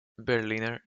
berliner